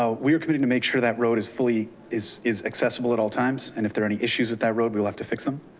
ah we are committed to make sure that road is fully is is accessible at all times. and if there are any issues with that road, we will have to fix them.